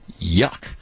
Yuck